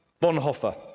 Bonhoeffer